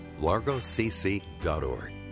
largocc.org